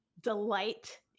delight